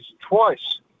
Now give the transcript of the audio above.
twice